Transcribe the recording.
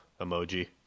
emoji